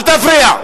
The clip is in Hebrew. אל תפריע.